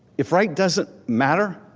if right doesn't matter,